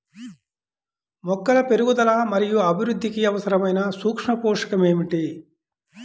మొక్కల పెరుగుదల మరియు అభివృద్ధికి అవసరమైన సూక్ష్మ పోషకం ఏమిటి?